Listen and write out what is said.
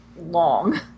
long